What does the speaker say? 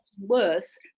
worse